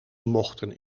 mochten